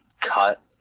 cut